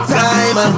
time